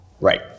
Right